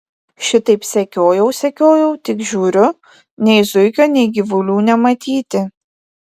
šitaip sekiojau sekiojau tik žiūriu nei zuikio nei gyvulių nematyti